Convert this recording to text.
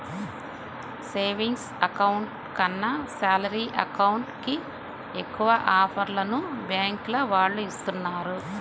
savings account కన్నా salary account కి ఎక్కువ ఆఫర్లను బ్యాంకుల వాళ్ళు ఇస్తున్నారు